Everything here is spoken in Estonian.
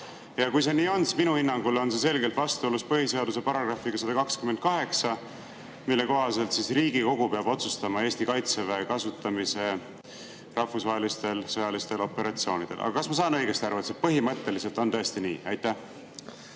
Kui see nii on, siis minu hinnangul on see selgelt vastuolus põhiseaduse §‑ga 128, mille kohaselt Riigikogu peab otsustama Eesti kaitseväe kasutamise rahvusvahelistel sõjalistel operatsioonidel. Aga kas ma saan õigesti aru, et see põhimõtteliselt on tõesti nii? Aitäh,